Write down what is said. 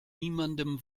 niemandem